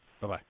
Bye-bye